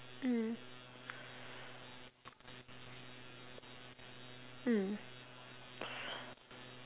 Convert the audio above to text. mm mm